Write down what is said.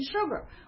sugar